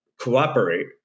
cooperate